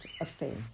offense